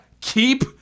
Keep